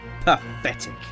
Pathetic